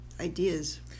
ideas